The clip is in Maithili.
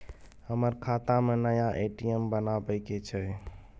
हमर खाता में नया ए.टी.एम बनाबै के छै?